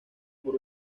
por